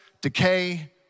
decay